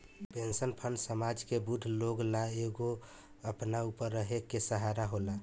pension fund समाज के बूढ़ लोग ला एगो अपना ऊपर रहे के सहारा होला